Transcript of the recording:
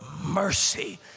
mercy